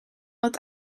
dat